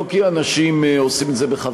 לא כי אנשים עושים את זה בכוונה,